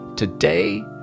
Today